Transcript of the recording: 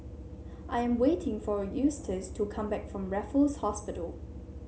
I am waiting for Eustace to come back from Raffles Hospital